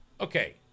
Okay